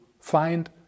find